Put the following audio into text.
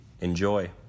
Enjoy